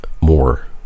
more